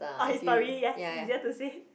on his story yes easier to see